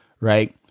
right